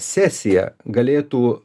sesiją galėtų